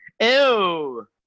Ew